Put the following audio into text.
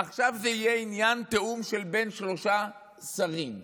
עכשיו זה יהיה תיאום בין שלושה שרים.